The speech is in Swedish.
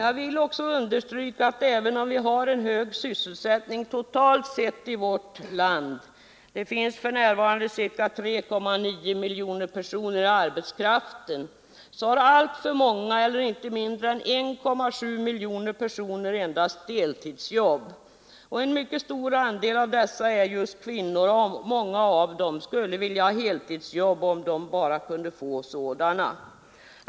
Jag vill också understryka att även om vi i vårt land har en hög sysselsättning totalt sett — det finns för närvarande ca 3,9 miljoner personer i arbetskraften — så har alltför många eller inte mindre än 1,7 miljoner personer endast deltidsjobb. En mycket stor andel av dessa är just kvinnor, och många av dem skulle vilja ha heltidsjobb om de bara kunde få det.